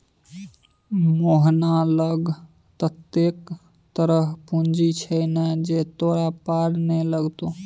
मोहना लग ततेक तरहक पूंजी छै ने जे तोरा पार नै लागतौ